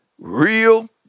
Real